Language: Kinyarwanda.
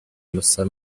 musa